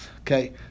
Okay